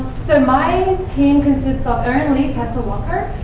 so my team consists of erin lee, tessa walker,